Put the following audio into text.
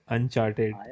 Uncharted